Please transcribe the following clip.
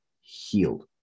healed